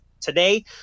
today